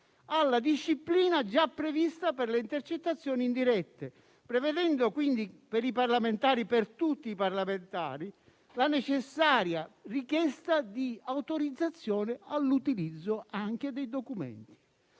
alla disciplina già prevista per le intercettazioni indirette, prevedendo quindi per tutti i parlamentari la necessaria richiesta di autorizzazione all'utilizzo anche dei documenti.